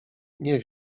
nie